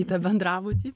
į tą bendrabutį